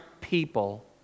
people